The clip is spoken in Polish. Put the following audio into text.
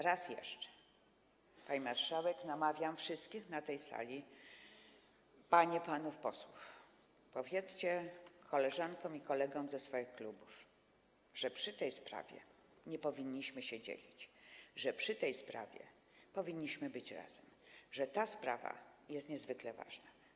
Raz jeszcze, pani marszałek, namawiam wszystkich na tej sali, panie i panów posłów, by powiedzieli koleżankom i kolegom ze swoich klubów, że w tej sprawie nie powinniśmy się dzielić, że w tej sprawie powinniśmy być razem, że ta sprawa jest niezwykle ważna.